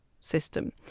system